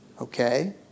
Okay